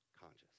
conscious